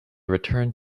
returned